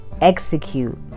execute